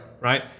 Right